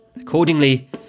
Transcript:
Accordingly